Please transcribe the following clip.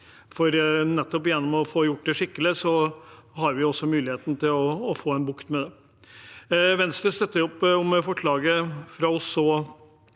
for nettopp gjennom å få gjort det skikkelig, har vi også muligheten til å få bukt med det. Venstre støtter opp om forslaget vi har